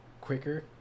quicker